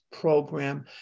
program